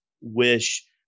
wish